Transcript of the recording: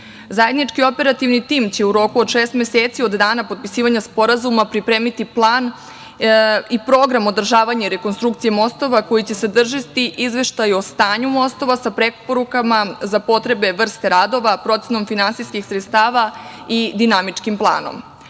mostova. Zajednički operativni tim će u roku šest meseci od dana potpisivanja sporazuma pripremiti plan i program održavanja rekonstrukcije mostova koji će sadržati izveštaj o stanju mostova, sa preporukama za potrebe vrste radova, procenom finansijskih sredstava i dinamičkim planom.Za